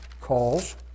calls